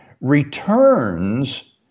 returns